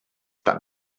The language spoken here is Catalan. tan